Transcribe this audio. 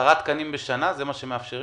זה מה שמאפשרים?